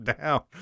down